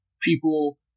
People